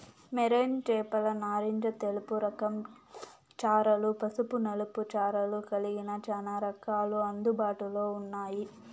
marine చేపలు నారింజ తెలుపు రకం చారలు, పసుపు నలుపు చారలు కలిగిన చానా రకాలు అందుబాటులో ఉన్నాయి